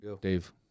Dave